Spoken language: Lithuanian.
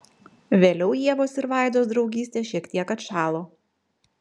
vėliau ievos ir vaidos draugystė šiek tiek atšalo